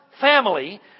family